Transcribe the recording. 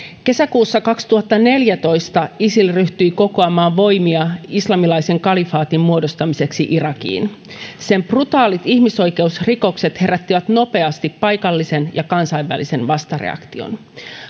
kesäkuussa kaksituhattaneljätoista isil ryhtyi kokoamaan voimia islamilaisen kalifaatin muodostamiseksi irakiin sen brutaalit ihmisoikeusrikokset herättivät nopeasti paikallisen ja kansainvälisen vastareaktion